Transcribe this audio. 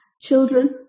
children